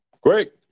Great